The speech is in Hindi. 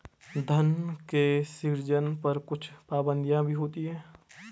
धन के सृजन पर कुछ पाबंदियाँ भी होती हैं